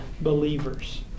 believers